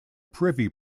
privy